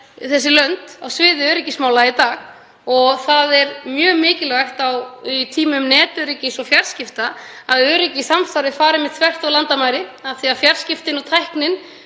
þessi lönd á sviði öryggismála í dag. Það er mjög mikilvægt á tímum netöryggis og fjarskipta að öryggi í samstarfi fari einmitt þvert á landamæri af því að fjarskiptin og tæknin